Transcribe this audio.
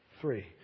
three